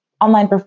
online